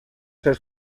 ser